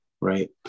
right